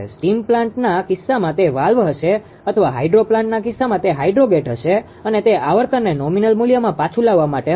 steam પ્લાન્ટના કિસ્સામાં તે વાલ્વ હશે અથવા હાઇડ્રો પ્લાન્ટના કિસ્સામાં તે હાઈડ્રોગેટ હશે અને તે આવર્તનને નોમિનલ મૂલ્યમાં પાછુ લાવવા માટે હશે